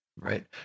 Right